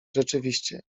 rzeczywiście